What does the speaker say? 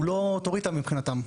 הוא לא אוטוריטה מבחינתם,